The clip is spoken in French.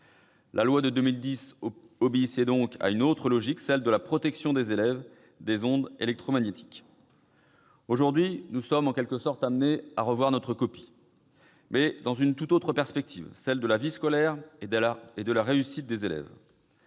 La loi de 2010 obéissait donc à une autre logique, celle de la protection des élèves des ondes électromagnétiques. Aujourd'hui, nous sommes amenés, en quelque sorte, à revoir notre copie, mais dans une tout autre perspective, celle de la vie scolaire et de la réussite des élèves.